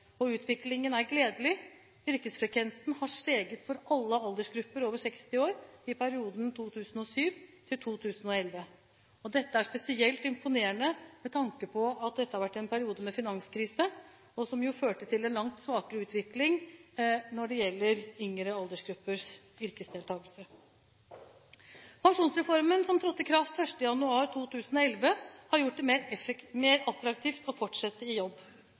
Utviklingen er gledelig: Yrkesfrekvensen har steget for alle aldersgrupper over 60 år i perioden 2007–2011. Dette er spesielt imponerende med tanke på at dette har vært en periode med finanskrise, som jo førte til en langt svakere utvikling når det gjelder yngre aldersgruppers yrkesdeltakelse. Pensjonsreformen som trådte i kraft 1. januar 2011, har gjort det mer attraktivt å fortsette i jobb.